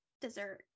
dessert